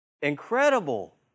Incredible